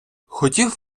хотів